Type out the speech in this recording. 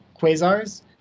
quasars